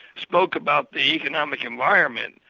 spoke about the economic environment.